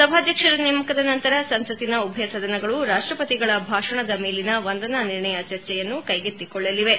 ಸಭಾಧ್ಯಕ್ಷರ ನೇಮಕದ ನಂತರ ಸಂಸತ್ತಿನ ಉಭಯ ಸದನಗಳು ರಾಷ್ಷಪತಿಗಳ ಭಾಷಣದ ಮೇಲಿನ ವಂದನಾನಿರ್ಣಯ ಚರ್ಚೆಯನ್ನು ಕೈಗೆತ್ತಿಕೊಳ್ಳಲಿವೆ